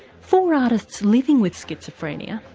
for artists living with schizophrenia,